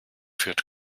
führt